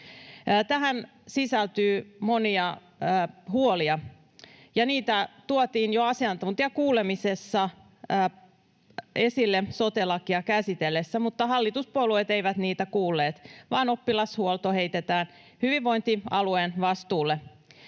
Tähän sisältyy monia huolia, ja niitä tuotiin jo asiantuntijakuulemisessa esille sote-lakia käsiteltäessä. Mutta hallituspuolueet eivät niitä kuulleet, vaan oppilashuolto heitetään hyvinvointialueen vastuulle.